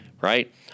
right